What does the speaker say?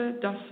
dass